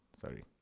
sorry